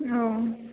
औ